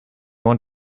want